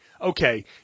okay